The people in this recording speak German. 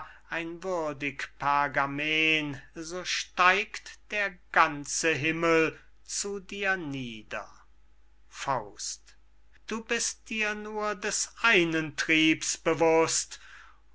ein würdig pergamen so steigt der ganze himmel zu dir nieder du bist dir nur des einen triebs bewußt